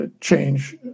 change